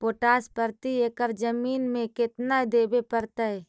Potash प्रति एकड़ जमीन में केतना देबे पड़तै?